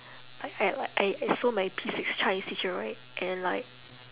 I I like I I saw my P six chinese teacher right and like